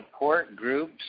supportgroups